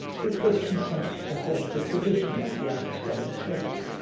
which was content to hold the tradition of the apostolic church.